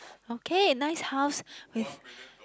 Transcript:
okay nice house with